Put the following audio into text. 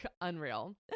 Unreal